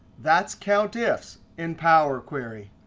that's countifs in power query.